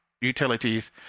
utilities